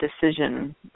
Decision